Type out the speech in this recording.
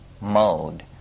mode